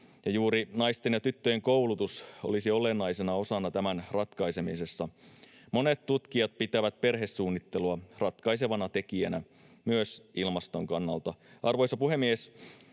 juuri naisten ja tyttöjen koulutus olisi olennaisena osana tämän ratkaisemisessa. Monet tutkijat pitävät perhesuunnittelua ratkaisevana tekijänä myös ilmaston kannalta. Arvoisa puhemies!